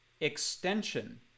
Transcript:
extension